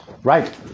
Right